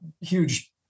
huge